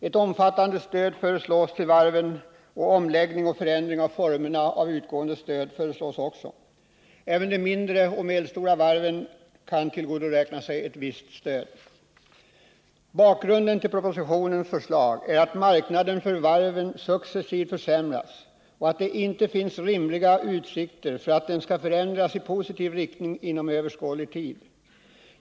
Ett omfattande stöd till varven föreslås och vidare en omläggning och förändring av formerna för stödet. Även de mindre och medelstora varven 43 kan tillgodoräkna sig visst stöd. Bakgrunden till propositionens förslag är att marknaden för varven successivt försämrats och att det inte finns rimliga utsikter att denna skall förändras i positiv riktning inom överskådlig tid.